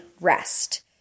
rest